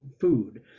food